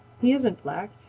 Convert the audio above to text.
he isn't black,